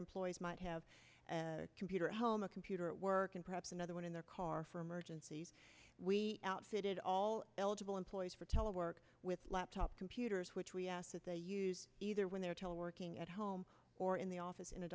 employees might have computer at home a computer at work and perhaps another one in their car for emergencies we outfitted all eligible employees for telework with laptop computers which we ask that they use either when they're to working at home or in the office